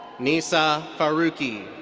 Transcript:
nisa farooqi.